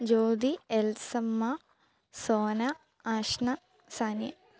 Jyothi Elsamma Sona Ashna Sani